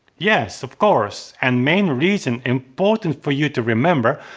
yes, of course, and main reason, important for you to remember,